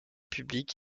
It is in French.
public